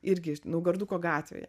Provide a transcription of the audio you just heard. irgi naugarduko gatvėje